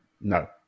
no